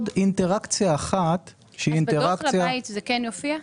בדוח הביתה זה כן יופיע?